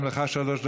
גם לך שלוש דקות.